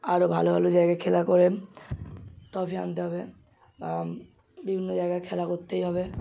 আরো ভালো ভালো জায়গায় খেলা করে ট্রফি আনতে হবে বিভিন্ন জায়গায় খেলা করতেই হবে